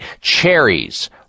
Cherries